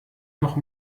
noch